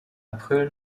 april